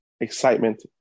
excitement